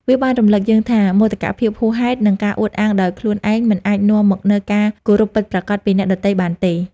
វាបានរំលឹកយើងថា មោទកភាពហួសហេតុ និងការអួតអាងដោយខ្លួនឯងមិនអាចនាំមកនូវការគោរពពិតប្រាកដពីអ្នកដទៃបានទេ។